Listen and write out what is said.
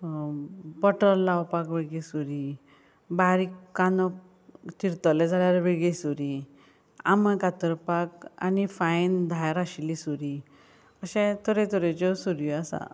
butter लावपाक वेगळी सुरी बारीक कांदो चिरतले जाल्यार वेगळी सुरी आंबे कातरपाक आनी फायन धार आशिल्ली सुरी अशें तरे तरेच्यो सुरयो आसात